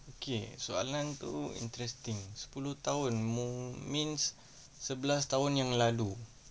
okay soalan tu interesting sepuluh tahun mung~ means sebelas tahun yang lalu